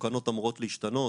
התקנות אמורות להשתנות,